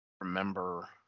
remember